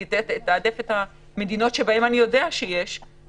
אני אתעדף את המדינות שבהן אני יודעת בוודאות שיש את המוטציה,